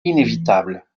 inévitable